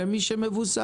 למי שהוא מבוסס.